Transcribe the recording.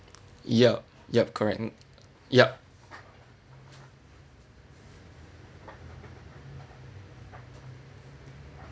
yup yup correct hmm yup